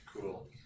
Cool